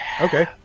Okay